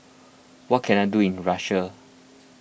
what can I do in Russia